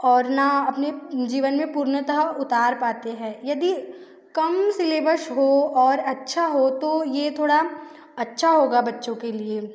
और ना अपने जीवन में पुर्णतः उतार पाते हैं यदि कम शिलेबश हो और अच्छा हो तो ये थोड़ा अच्छा होगा बच्चों के लिए